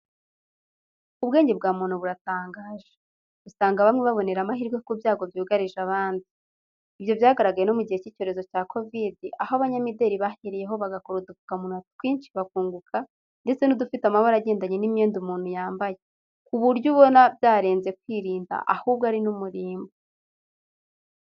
Ubwenge bwa muntu buratangaje, usanga bamwe babonera amahirwe ku byago byugarije abandi. Ibyo byaragaragaye no mu gihe cy'icyorezo cya Covid, aho abanyamideri bahereyeho bagakora udupfukamunwa twinshi bakunguka ndetse n'udufite amabara agendanye n'imyenda umuntu yambaye, ku buryo ubona byarenze kwirinda ahubwo ari n'umurimbo.